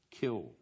Kill